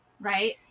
right